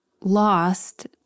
lost